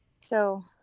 so-